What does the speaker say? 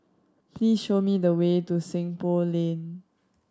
please show me the way to Seng Poh Lane